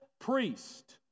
priest